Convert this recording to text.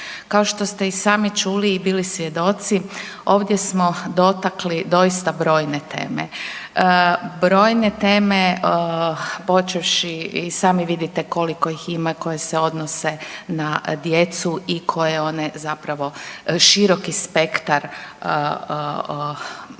Kao što ste i sami čuli i bili svjedoci ovdje smo dotakli doista brojne teme, brojne teme počevši i sami vidite koliko ih ima koje se odnose na djecu i koje one zapravo široki spektar